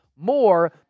more